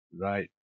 Right